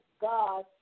God